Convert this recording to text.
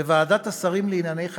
בוועדת השרים לענייני חקיקה,